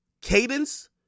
cadence